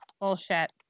bullshit